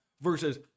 versus